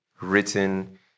written